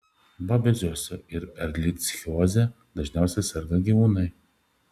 babezioze ir erlichioze dažniau serga gyvūnai